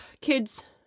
Kids